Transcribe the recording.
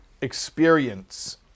experience